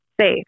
safe